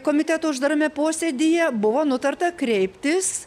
komiteto uždarame posėdyje buvo nutarta kreiptis